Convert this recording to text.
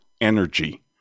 Energy